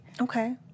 Okay